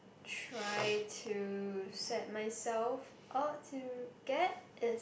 try to set myself out to get is